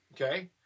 okay